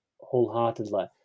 wholeheartedly